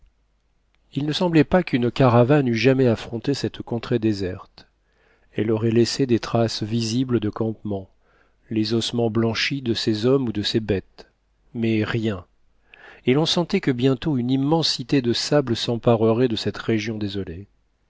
il ne semblait pas qu'une caravane eût jamais affronté cette contrée déserte elle aurait laissé des traces visibles de campement les ossements blanchis de ses hommes ou de ses bêtes mais rien et l'on sentait que bientôt une immensité de sable s'emparerait de cette région désolée